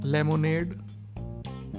Lemonade